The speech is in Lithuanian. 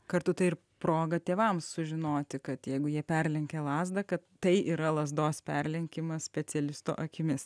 kartu tai ir proga tėvams sužinoti kad jeigu jie perlenkė lazdą kad tai yra lazdos perlenkimas specialisto akimis